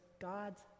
God's